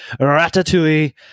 ratatouille